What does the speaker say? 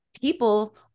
people